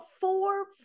four